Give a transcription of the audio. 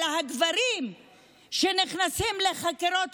אלא מאיימים על הגברים שנכנסים לחקירות: